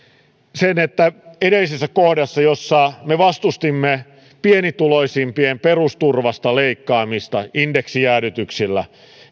sen että edellisessä kohdassa jossa me vastustimme pienituloisimpien perusturvasta leikkaamista indeksijäädytyksillä